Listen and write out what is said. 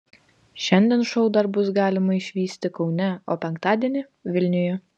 šiandien šou dar bus galima išvysti kaune o penktadienį vilniuje